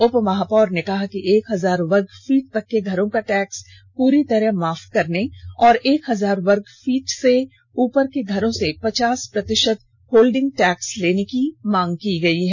उपमहापौर ने कहा कि एक हजार वर्ग फीट तक के घरों का टैक्स पूरी तरह माफ करने और एक हजार वर्ग फीट से ऊपर के घरों से पचास प्रतिषत होल्डिंग टैक्स लेने की मांग की गई है